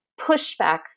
pushback